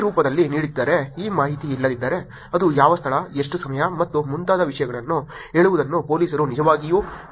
ಈ ರೂಪದಲ್ಲಿ ನೀಡದಿದ್ದರೆ ಈ ಮಾಹಿತಿ ಇಲ್ಲದಿದ್ದರೆ ಅದು ಯಾವ ಸ್ಥಳ ಎಷ್ಟು ಸಮಯ ಮತ್ತು ಮುಂತಾದ ವಿಷಯಗಳನ್ನು ಹೇಳುವುದನ್ನು ಪೊಲೀಸರು ನಿಜವಾಗಿಯೂ ಕೇಳಬೇಕಾಗುತ್ತದೆ